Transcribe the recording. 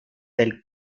del